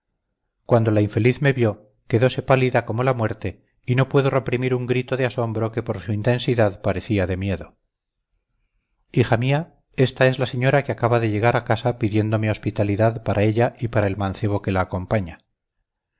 cuando la infeliz me vio quedose pálida como la muerte y no pudo reprimir un grito de asombro que por su intensidad parecía de miedo hija mía esta es la señora que acaba de llegar a casa pidiéndome hospitalidad para ella y para el mancebo que la acompaña